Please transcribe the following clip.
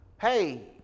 Hey